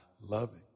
loving